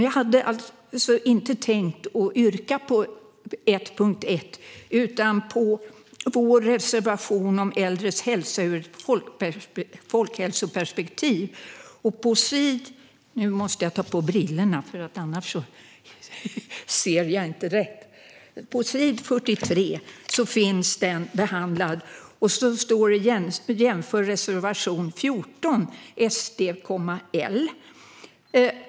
Jag hade inte tänkt yrka bifall till 1.1 utan till vår reservation om äldres hälsa ur ett folkhälsoperspektiv. På s. 43 finns den behandlad, och där står: "Jämför reservation 14 ."